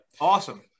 Awesome